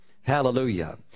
Hallelujah